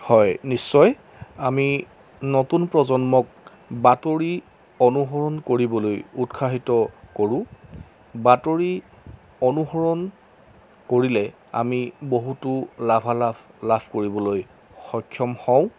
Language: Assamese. হয় নিশ্চয় আমি নতুন প্ৰজন্মক বাতৰি অনুসৰণ কৰিবলৈ উৎসাহিত কৰোঁ বাতৰি অনুসৰণ কৰিলে আমি বহুতো লাভালাভ লাভ কৰিবলৈ সক্ষম হওঁ